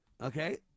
Okay